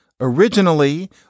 originally